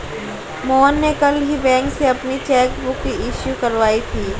मोहन ने कल ही बैंक से अपनी चैक बुक इश्यू करवाई थी